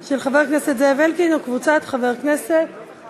של חבר הכנסת זאב אלקין וקבוצת חברי הכנסת,